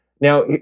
now